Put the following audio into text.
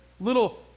little